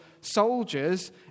soldiers